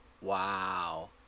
Wow